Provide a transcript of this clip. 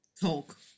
Talk